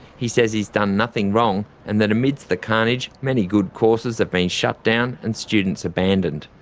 he says he's done nothing wrong, and that amidst the carnage, many good courses have been shut down and students abandoned.